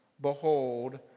Behold